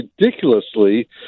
ridiculously